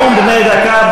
נאום בן דקה.